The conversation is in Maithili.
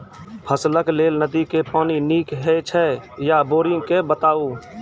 फसलक लेल नदी के पानि नीक हे छै या बोरिंग के बताऊ?